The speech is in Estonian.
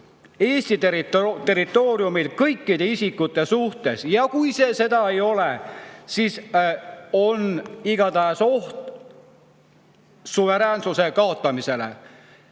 Eesti territooriumil kõikide isikute suhtes. Ja kui see seda ei ole, siis on igatahes oht suveräänsuse kaotamisele. Nendele,